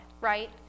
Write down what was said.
right